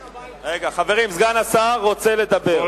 חברים, סגן השר רוצה לדבר.